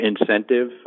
Incentive